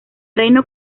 reino